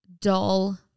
dull